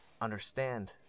understand